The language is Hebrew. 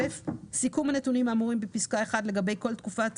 סיכום הנתונים האמורים בפסקה (1) לגבי כל תקופת